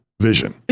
vision